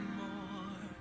more